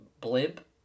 blimp